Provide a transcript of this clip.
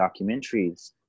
documentaries